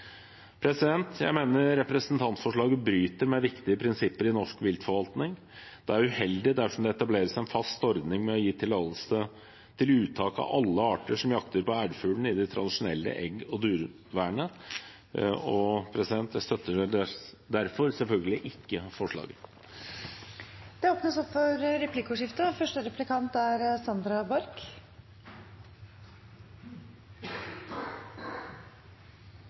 Jeg mener representantforslaget bryter med viktige prinsipper i norsk viltforvaltning. Det er uheldig dersom det etableres en fast ordning med å gi tillatelse til uttak av alle arter som jakter på ærfugl i de tradisjonelle egg- og dunværene, og jeg støtter derfor selvfølgelig ikke forslaget. Det blir replikkordskifte. Stortinget fattet i 2016 et vedtak som la opp